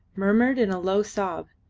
murmured in a low sob,